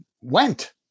went